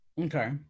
Okay